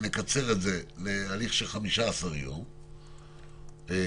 אפשר לראות את השכונות במיקוד.